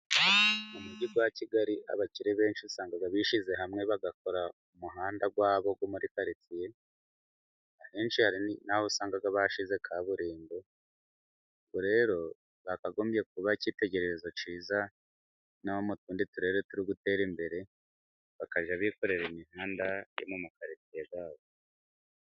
Mu mujyi wa Kigali abakire benshi usanga bishyize hamwe bagakora umuhanda wabo wo muri karitsiye, ahenshi hari n'aho usanga bashize kaburerimbo, ubwo rero bakagombye kuba ikitegererezo cyiza, n'abo mutundi turere turi guterare imbere bakajya bikorera imihanda iri mu makaritsiye yabo.